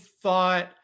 thought